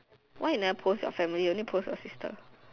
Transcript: why you never post your family only post your sister